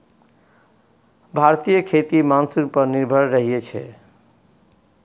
भारतीय खेती मानसून पर निर्भर रहइ छै